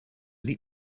niet